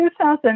2000